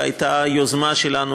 אלא זו הייתה יוזמה שלנו,